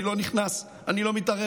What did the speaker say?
אני לא נכנס, אני לא מתערב.